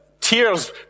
tears